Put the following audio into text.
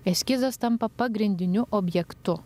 eskizas tampa pagrindiniu objektu